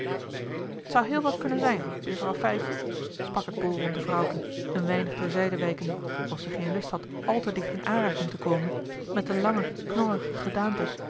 t zou heel wel konnen zijn buurvrouw fijtje sprak het bolronde vrouwken een weinig ter zijde wijkende of ze geen lust had al te dicht in aanraking te komen met de lange knorrige gedaante